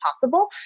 possible